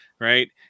Right